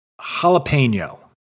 Jalapeno